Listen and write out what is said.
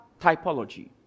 typology